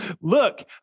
Look